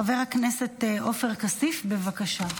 חבר הכנסת עופר כסיף, בבקשה.